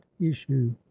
issue